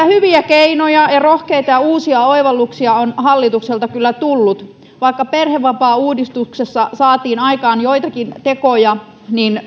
hyviä keinoja ja rohkeita ja uusia oivalluksia on hallitukselta kyllä tullut vaikka perhevapaauudistuksessa saatiin aikaan vain joitakin tekoja